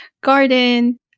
garden